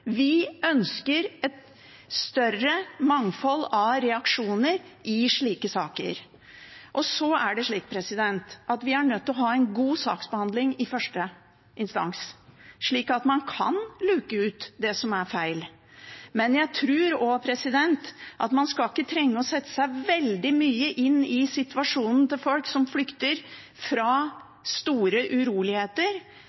Vi ønsker et større mangfold av reaksjoner i slike saker. Vi er nødt til å ha en god saksbehandling i første instans, slik at man kan luke ut det som er feil, men jeg tror at man ikke trenger å sette seg så veldig nøye inn i situasjonen til folk som flykter